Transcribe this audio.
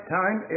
time